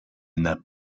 n’a